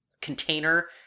container